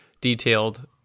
detailed